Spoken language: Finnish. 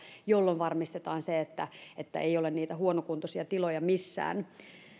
jolloin varmistetaan se että että ei ole niitä huonokuntoisia tiloja missään